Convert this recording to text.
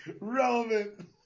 relevant